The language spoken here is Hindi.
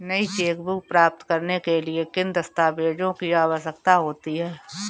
नई चेकबुक प्राप्त करने के लिए किन दस्तावेज़ों की आवश्यकता होती है?